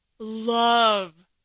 love